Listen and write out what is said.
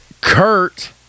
Kurt